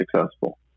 successful